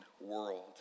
world